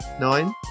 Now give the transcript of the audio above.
Nine